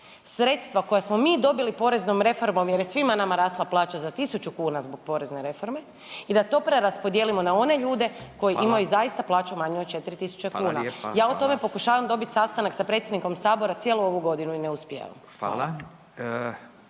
sredstva koja smo mi dobili poreznom reformom jer je svima nama rasla plaća za 1000 kuna zbog porezne reforme i da to preraspodijelimo na one ljude koji imaju .../Upadica: Hvala./... zaista plaću manju od 4 tisuće kuna? .../Upadica: Hvala lijepa. Hvala./... Ja o tome pokušavam dobiti sastanak sa predsjednikom Sabora cijelu ovu godinu i ne uspijevam.